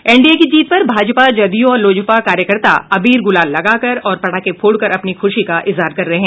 NDA की जीत पर भाजपा जदयू और लोजपा कार्यकर्ता अबीर गुलाल लगाकर और पटाखे फोड़कर अपनी खुशी का इजहार कर रहे हैं